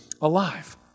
alive